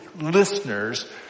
listeners